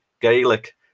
Gaelic